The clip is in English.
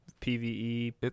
PvE